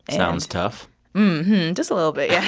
sounds tough just a little bit, yeah